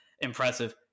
impressive